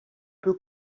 peut